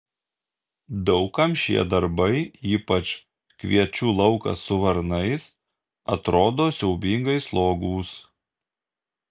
daug kam šie darbai ypač kviečių laukas su varnais atrodo siaubingai slogūs